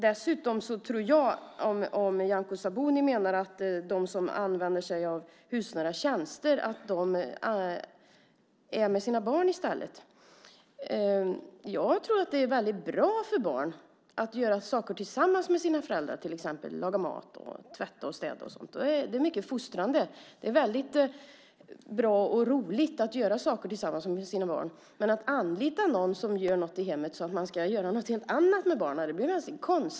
Nyamko Sabuni menar att de som använder sig av hushållsnära tjänster är med sina barn i stället. Jag tror att det är bra för barn att göra saker tillsammans med sina föräldrar, till exempel att laga mat, tvätta och städa. Det är mycket fostrande. Det är bra och roligt att göra saker tillsammans med sina barn. Det blir en konstlad miljö för barnen om man anlitar någon som gör något i hemmet för att man ska göra något helt annat med barnen.